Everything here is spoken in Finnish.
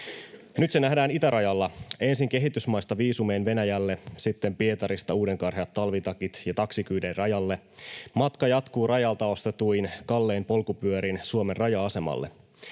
Nyt se nähdään itärajalla. Ensin kehitysmaista viisumein Venäjälle, sitten Pietarista uudenkarheat talvitakit ja taksikyydein rajalle. Matka jatkuu rajalta ostetuin kallein polkupyörin Suomen raja-asemalle.